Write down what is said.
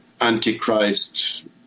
Antichrist